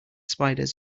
spiders